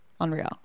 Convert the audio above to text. Unreal